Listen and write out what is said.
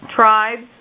tribes